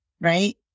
right